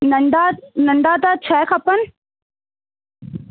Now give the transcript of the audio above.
नंढा नंढा त छह खपनि